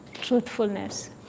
truthfulness